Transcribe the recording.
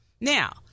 Now